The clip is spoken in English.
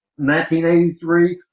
1983